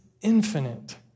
infinite